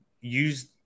use